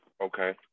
Okay